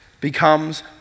becomes